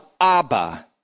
Abba